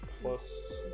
plus